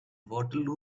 waterloo